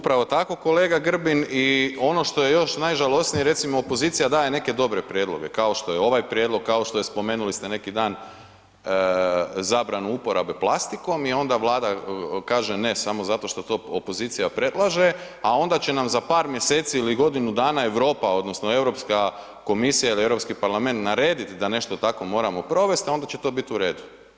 Upravo tako kolega Grbin i ono što je još najžalosnije, recimo, opozicija daje neke dobre prijedloge, kao što je ovaj prijedlog, kao što je, spomenuli ste neki dan zabranu uporabe plastikom i onda Vlada kaže ne samo zato što to opozicija predlaže, a onda će nam za par mjeseci ili godinu dana Europa odnosno EU komisija ili EU parlament narediti da nešto tako moramo provesti, onda će to biti u redu.